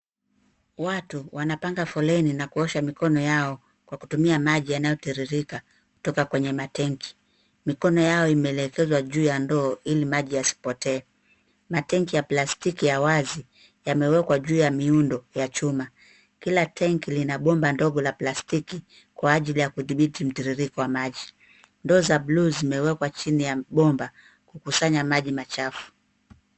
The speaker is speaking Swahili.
Watu wanapanga foleni na kuosha mikono yao kwa kutumia maji yanayotiririka kutoka kwenye matanki. Mikono yao imeelekezwa juu ya ndoo ili maji yasipotee. Matanki ya plastiki ya wazi yamewekwa juu ya miundo ya chuma. Kila tanki lina bomba ndogo la plastiki kwa ajili ya kudhibiti mtiririko wa maji. Ndoo za bluu zimewekwa chini ya bomba kukusanya maji machafu.